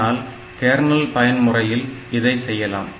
ஆனால் கேர்னல் பயன் முறையில் அதை செய்யலாம்